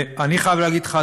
אני חייב להגיד לך,